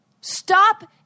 Stop